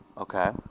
Okay